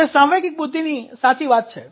તે સાંવેગિક બુદ્ધિની સાચી વાત છે